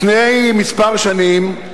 לפני כמה שנים,